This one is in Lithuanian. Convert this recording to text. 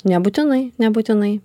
nebūtinai nebūtinai